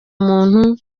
muntu